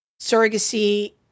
surrogacy